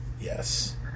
Yes